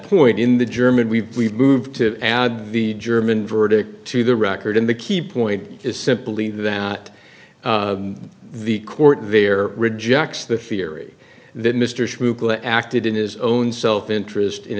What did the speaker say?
point in the german we move to add the german verdict to the record in the key point is simply that the court there rejects the theory that mr acted in his own self interest in